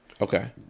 Okay